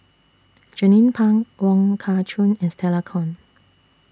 Jernnine Pang Wong Kah Chun and Stella Kon